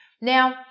Now